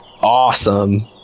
Awesome